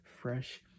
fresh